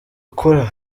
akora